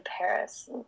Paris